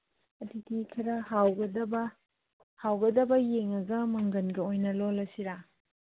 ꯑꯗꯨꯗꯤ ꯈꯔ ꯍꯥꯎꯒꯗꯕ ꯍꯥꯎꯒꯗꯕ ꯌꯦꯡꯉꯒ ꯃꯪꯒꯟꯒ ꯑꯣꯏꯅ ꯂꯣꯜꯂꯁꯤꯔꯥ